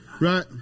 right